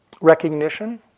recognition